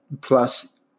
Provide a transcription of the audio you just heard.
plus